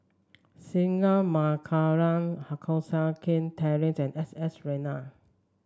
Singai Mukilan Koh Seng Kiat Terence and S S Ratnam